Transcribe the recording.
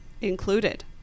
included